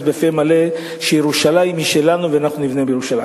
בפה מלא שירושלים היא שלנו ואנחנו נבנה בירושלים.